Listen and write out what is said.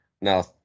Now